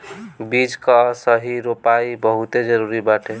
बीज कअ सही रोपाई बहुते जरुरी बाटे